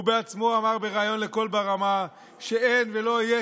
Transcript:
הוא בעצמו אמר בריאיון לקול ברמה שאין ולא יהיו